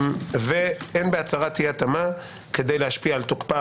ואין בה כדי להשפיע על תוקפה,